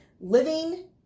living